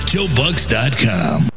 JoeBucks.com